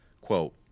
Quote